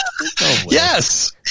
yes